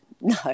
No